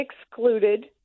excluded